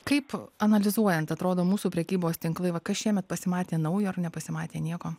kaip analizuojant atrodo mūsų prekybos tinklai va kas šiemet pasimatė naujo ar nepasimatė nieko